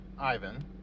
Ivan